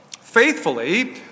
faithfully